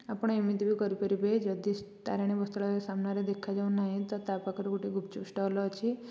ଆପଣ ଏମିତି ବି କରି ପାରିବେ ଯଦି ତାରେଣୀ ବସ୍ତ୍ରାଳୟ ସାମ୍ନାରେ ଦେଖାଯାଉନାହିଁ ତ ତା ପାଖରେ ଗୋଟେ ଗୁପ୍ଚୁପ୍ ଷ୍ଟଲ୍ ଅଛି